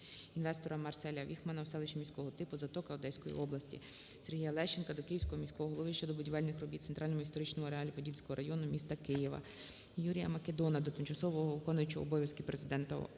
інвестора МарселяВіхманна в селищі міського типу Затока Одеської області. Сергія Лещенка до Київського міського голови щодо будівельних робіт в Центральному історичному ареалі Подільського району міста Києва. Юрія Македона до тимчасово виконуючого обов'язки президента